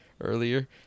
earlier